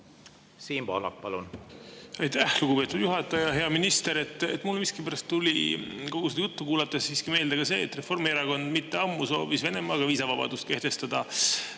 Siim Pohlak, palun! Aitäh, lugupeetud juhataja! Hea minister! Mul miskipärast tuli kogu seda juttu kuulates siiski meelde ka see, et Reformierakond mitte kuigi ammu soovis Venemaaga viisavabadust kehtestada.